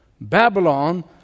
Babylon